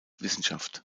wissenschaft